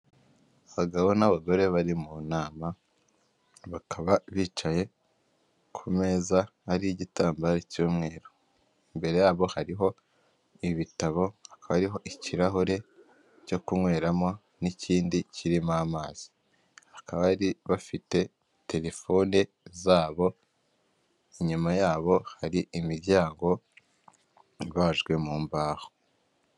Abagabo n'abagore bari mu nama bakaba bicaye ku meza ariho igitambaro cy'umweru. Imbere yabo hariho ibitabo, hakaba hariho ikirahure cyo kunyweramo n'ikindi kirimo amazi. Bakaba bafite telefone zabo, inyuma yabo hari imiryango ibajwe mu mbaho.